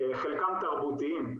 חלקם תרבותיים,